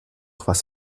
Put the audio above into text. etwas